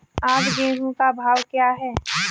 आज गेहूँ का भाव क्या है?